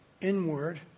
inward